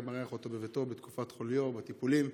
הוא היה מארח אותו בביתו בתקופת חוליו ובטיפולים.